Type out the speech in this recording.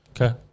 Okay